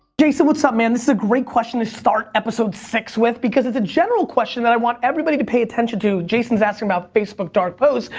jason, what's up man? this is a great question to start episode six with because it's a general question that i want everybody to pay attention to. jason's asking about facebook dark posts,